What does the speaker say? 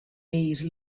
eir